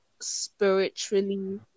spiritually